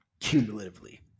Cumulatively